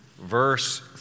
verse